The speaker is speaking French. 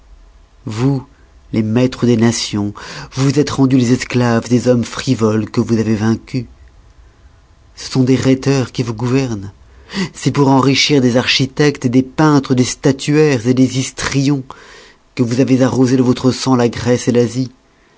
vous les maîtres des nations vous vous êtes rendus les esclaves des hommes frivoles que vous avez vaincus ce sont des rhéteurs qui vous gouvernent c'est pour enrichir des architectes des peintres des statuaires des histrions que vous avez arrosé de votre sang la grèce l'asie